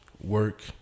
work